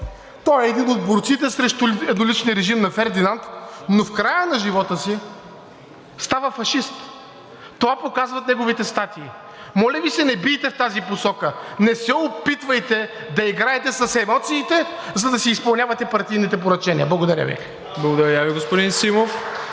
Той е един от борците срещу едноличния режим на Фердинанд, но в края на живота си става фашист – това показват неговите статии. Моля Ви, не бийте в тази посока, не се опитвайте да играете с емоциите, за да си изпълнявате партийните поръчения. Благодаря Ви. (Ръкопляскания от